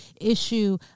issue